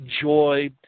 joy